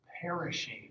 perishing